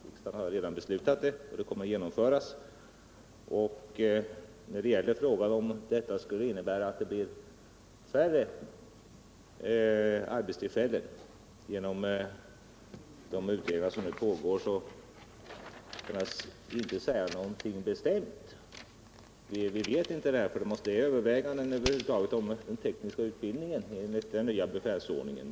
Riksdagen har redan beslutat det, och beslutet kommer att genomföras. På frågan om det blir färre arbetstillfällen som en följd av de utredningar som nu pågår kan jag inte svara något bestämt. Vi vet inte detta — det måste ske överväganden över huvud taget om den tekniska utbildningen enligt den nya befälsordningen.